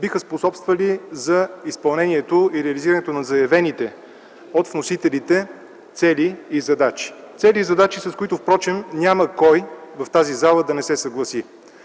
биха способствали за изпълнението и реализирането на заявените от вносителите цели и задачи. Цели и задачи, с които впрочем няма кой в тази зала да не се съгласи.